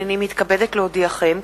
הנני מתכבדת להודיעכם,